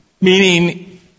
Meaning